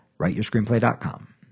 writeyourscreenplay.com